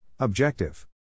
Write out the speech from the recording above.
Objective